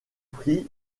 prix